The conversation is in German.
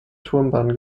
turban